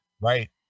Right